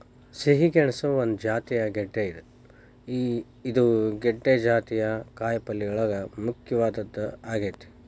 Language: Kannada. ಸಿಹಿ ಗೆಣಸು ಒಂದ ಜಾತಿಯ ಗೆಡ್ದೆ ಇದು ಗೆಡ್ದೆ ಜಾತಿಯ ಕಾಯಪಲ್ಲೆಯೋಳಗ ಮುಖ್ಯವಾದದ್ದ ಆಗೇತಿ